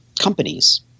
companies